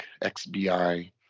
XBI